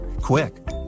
Quick